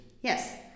Yes